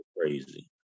crazy